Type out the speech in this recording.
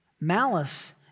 Malice